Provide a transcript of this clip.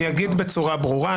אני אגיד בצורה ברורה,